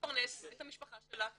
לפרנס את המשפחה שלה בכבוד.